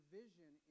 vision